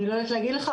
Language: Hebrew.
אני לא יודעת להגיד לך.